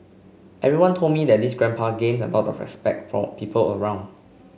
everyone told me that this grandpa gained a lot of respect from people around